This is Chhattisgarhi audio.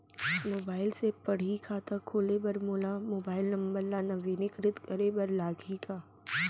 मोबाइल से पड़ही खाता खोले बर मोला मोबाइल नंबर ल नवीनीकृत करे बर लागही का?